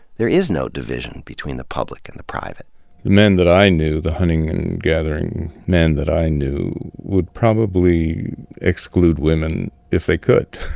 there is no division between the public and the private. the men that i knew, the hunting and gathering men that i knew, would probably exclude women if they could.